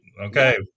okay